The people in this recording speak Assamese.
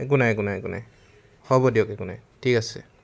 একো নাই একো নাই একো নাই হ'ব দিয়ক একো নাই ঠিক আছে